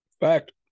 Fact